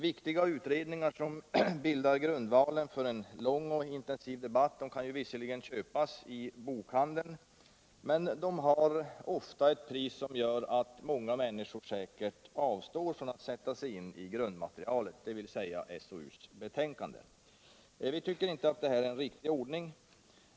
Viktiga utredningar som bildar grundvalen för en lång och intensiv debatt kan visserligen köpas i bokhandeln, men de har ofta ett pris som gör att många människor säkert avstår från att sätta sig in i grundmaterialet, dvs. SOU-betänkandet. Vi tycker inte att detta är en riktig ordning.